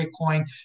Bitcoin